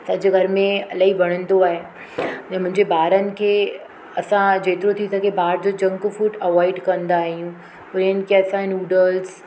सॼे घर में इलाही वणंदो आहे मुंहिंजे ॿारनि खे असां जेतिरो थी सघे ॿाहिरि जो जंक फूड अवॉइड कंदा आहियूं उन्हनि खे असां नूडल्स